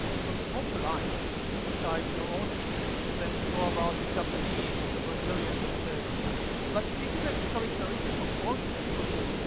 so it's more polite to criticize your own people than to go about the japanese or the brazilians or whatever but this is a characteristic of all human groups.